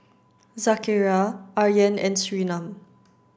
Zakaria Aryan and Surinam